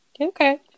okay